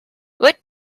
what